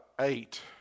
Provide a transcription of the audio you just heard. eight